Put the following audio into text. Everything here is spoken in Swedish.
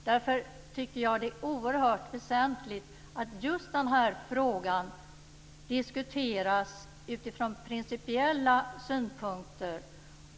Därför tycker jag att det är oerhört väsentligt att just denna fråga diskuteras utifrån principiella synpunkter.